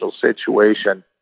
situation